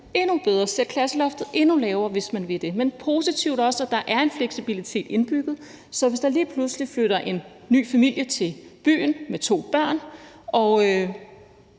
endnu bedre, man kan sætte klasseloftet endnu lavere, hvis man vil det. Men det er også positivt, at der er en fleksibilitet indbygget, så hvis der lige pludselig flytter en ny familie med to børn